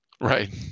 right